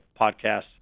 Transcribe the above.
podcasts